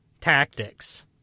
tactics